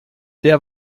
der